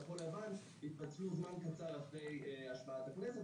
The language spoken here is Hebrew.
כחול לבן התפצלו זמן קצר אחרי השבעת הכנסת,